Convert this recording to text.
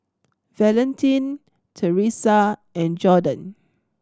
Valentin Teressa and Jordon